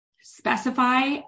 specify